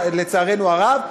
לצערנו הרב.